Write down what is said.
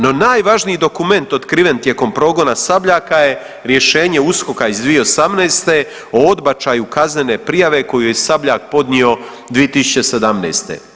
No, najvažniji dokument otkriven tijekom progona Sabljaka je rješenje USKOK-a iz 2018. o odbačaju kaznene prijave koju je Sabljak podnio 2017.